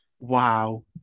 wow